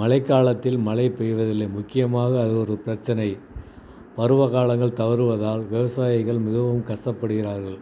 மழை காலத்தில் மழை பெய்வது இல்லை முக்கியமாக அது ஒரு பிரச்சனை பருவகாலங்கள் தவறுவதால் விவசாயிகள் மிகவும் கஷ்டப்படுகிறார்கள்